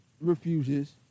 refuses